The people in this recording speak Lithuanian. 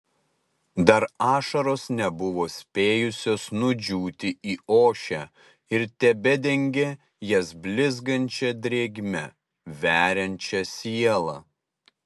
dar ašaros nebuvo spėjusios nudžiūti į ošę ir tebedengė jas blizgančia drėgme veriančia sielą